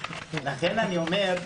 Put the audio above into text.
לכן אני אומר,